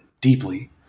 deeply